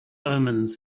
omens